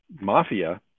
Mafia